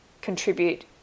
contribute